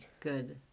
Good